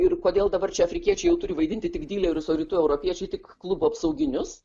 ir kodėl dabar čia afrikiečiai jau turi vaidinti tik dylerius o rytų europiečiai tik klubo apsauginius